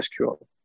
SQL